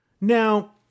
Now